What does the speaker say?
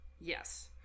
Yes